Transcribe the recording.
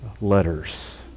letters